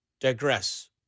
digress